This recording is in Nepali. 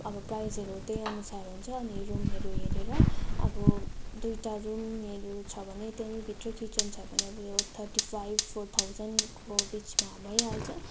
अब प्राइजहरू त्यही अनुसार हुन्छ अनि रूमहरू हेरेर अब दुइटा रूमहरू छ भने त्यहीँ भित्र किचन छ भने अब थर्टी फाइभ फोर थाउजनको बिचमा भइहाल्छ